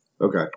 okay